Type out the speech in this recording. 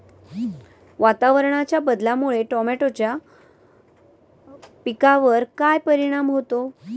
वातावरणाच्या बदलामुळे टमाट्याच्या पिकावर काय परिणाम होतो?